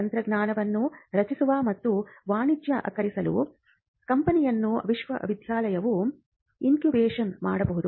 ತಂತ್ರಜ್ಞಾನವನ್ನು ರಚಿಸುವ ಮತ್ತು ವಾಣಿಜ್ಯೀಕರಿಸುವ ಕಂಪನಿಯನ್ನು ವಿಶ್ವವಿದ್ಯಾಲಯವು ಇಂಕ್ಯುಬೇಶನ್ ಮಾಡಬಹುದು